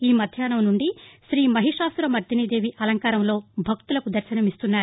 ఈ మధ్యాహ్నం నుండి శ్రీమహిషాసురమర్దినీ దేవి అలంకారంలో భక్తులకు దర్భనమిస్తున్నారు